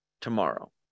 tomorrow